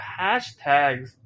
hashtags